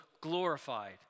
glorified